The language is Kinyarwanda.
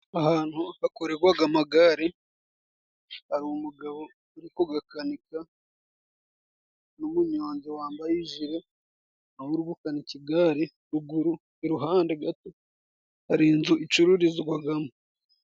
Ahantu hakorerwaga amagare hari umugabo uri kugakanika n'umunyonzi wambaye ijire, nawe uri gukanika igare. Ruguru iruhande gato, hari inzu icururizwagamo.